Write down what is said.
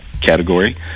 category